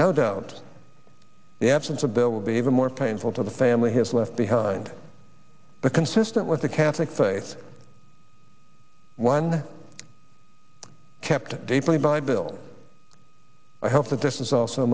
no doubt the absence of bill will be even more painful to the family his left behind the consistent with the catholic faith one kept deeply by bill i hope that this is also a